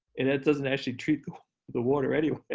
and that doesn't actually treat the water anyway.